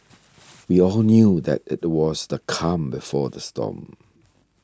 we all knew that it was the calm before the storm